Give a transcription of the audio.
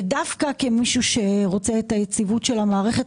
דווקא כמישהו שרוצה את היציבות של המערכת,